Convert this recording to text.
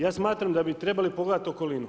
Ja smatram da bi trebali pogledati okolinu.